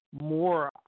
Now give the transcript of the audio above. More